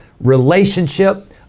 relationship